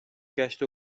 گشت